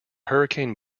hurricane